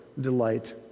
delight